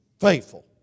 Faithful